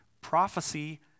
prophecy